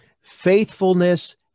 faithfulness